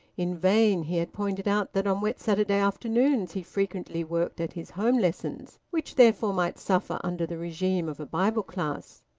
in vain he had pointed out that on wet saturday afternoons he frequently worked at his home-lessons, which therefore might suffer under the regime of a bible class.